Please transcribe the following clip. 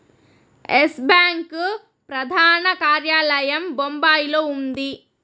yes Bank ప్రధాన కార్యాలయం బొంబాయిలో ఉంది